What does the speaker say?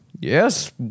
Yes